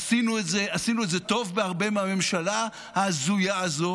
עשינו את זה טוב בהרבה מהממשלה ההזויה הזו.